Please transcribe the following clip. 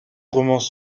romans